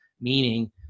meaning